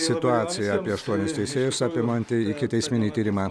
situaciją apie aštuonis teisėjus apimantį ikiteisminį tyrimą